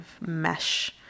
mesh